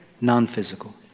non-physical